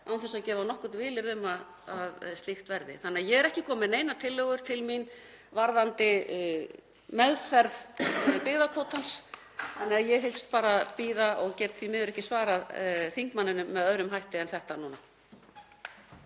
án þess að gefa nokkurt vilyrði um að slíkt verði. En ég er ekki komin með neinar tillögur til mín varðandi meðferð byggðakvótans þannig að ég hyggst bara bíða og get því miður ekki svarað þingmanninum með öðrum hætti en svona núna.